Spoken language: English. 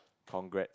congrat